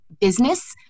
business